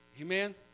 Amen